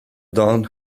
don